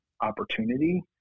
opportunity